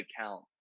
account